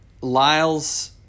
Lyle's